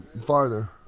farther